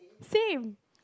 same